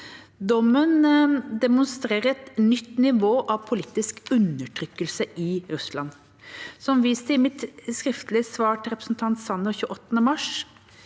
Dommen demonstrerer et nytt nivå av politisk undertrykkelse i Russland. Som vist til i mitt skriftlige svar til representanten Sanner 28. mars